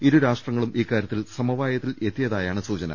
ഇരുരാഷ്ട്രങ്ങളും ഇക്കാരൃത്തിൽ സമവായ ത്തിൽ എത്തിയതായാണ് സൂചന